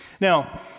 Now